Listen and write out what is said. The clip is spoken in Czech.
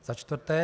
Za čtvrté.